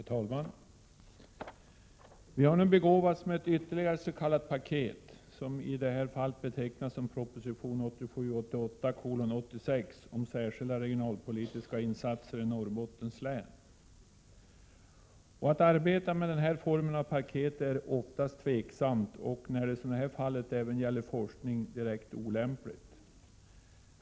Herr talman! Vi har nu begåvats med ytterligare ett s.k. paket. Det betecknas som proposition 1987/88:86 om särskilda regionalpolitiska insatser i Norrbottens län. Att arbeta med den här formen av paket är oftast tveksamt och när det, som i det här fallet, även gäller forskning direkt olämpligt.